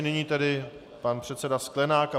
Nyní tedy pan předseda Sklenák.